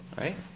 right